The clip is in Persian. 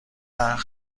وقت